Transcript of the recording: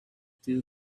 until